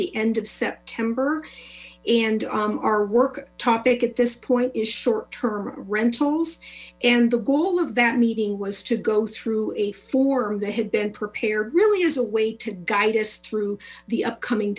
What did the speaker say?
the end of september and our work topic at this point is short term rentals and the goal of that meeting was to go through a form that had been prepared really as a way to guide us through the upcoming